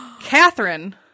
Catherine